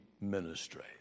ministry